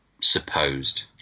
supposed